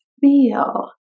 feel